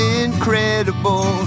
incredible